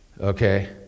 Okay